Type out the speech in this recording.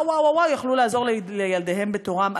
יכלו לעזור לילדיהם בתורם.